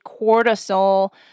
cortisol